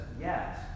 Yes